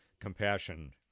compassion